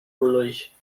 ulrich